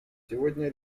сегодня